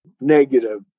negative